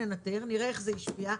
נראה איך זה השפיע,